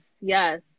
yes